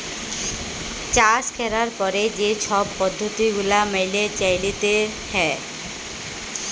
চাষ ক্যরার পরে যে ছব পদ্ধতি গুলা ম্যাইলে চ্যইলতে হ্যয়